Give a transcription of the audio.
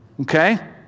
okay